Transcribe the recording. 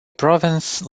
province